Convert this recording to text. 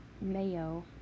mayo